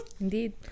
Indeed